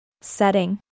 Setting